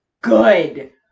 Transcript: good